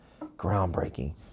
groundbreaking